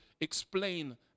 explain